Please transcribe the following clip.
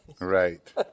Right